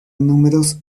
números